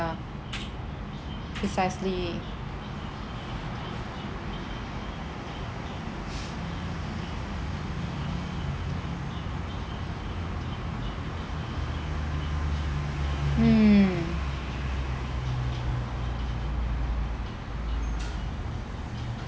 precisely mm